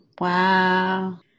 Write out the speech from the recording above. Wow